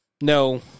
no